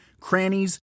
crannies